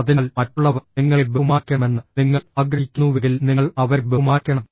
അതിനാൽ മറ്റുള്ളവർ നിങ്ങളെ ബഹുമാനിക്കണമെന്ന് നിങ്ങൾ ആഗ്രഹിക്കുന്നുവെങ്കിൽ നിങ്ങൾ അവരെ ബഹുമാനിക്കണം